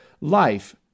life